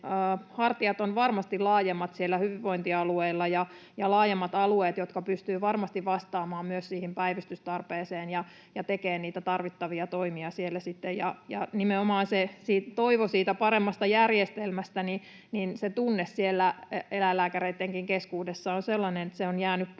hartiat ovat varmasti laajemmat siellä hyvinvointialueilla ja on laajemmat alueet, jotka pystyvät varmasti vastaamaan myös siihen päivystystarpeeseen ja tekevät niitä tarvittavia toimia siellä sitten. Ja nimenomaan se toivo siitä paremmasta järjestelmästä — se tunne siellä eläinlääkäreittenkin keskuudessa on sellainen, että se on jäänyt puolitiehen.